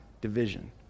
division